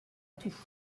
tout